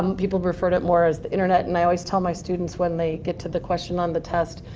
um people refer to it more as the internet. and i always tell my students when they get to the question on the test,